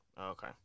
Okay